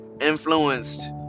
influenced